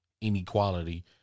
inequality